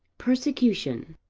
persecution.